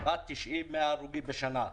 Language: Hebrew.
עד 100-90 הרוגים בשנה.